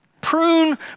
Prune